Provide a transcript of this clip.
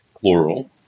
plural